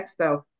Expo